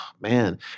man